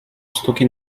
sztuki